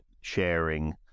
sharing